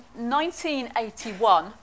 1981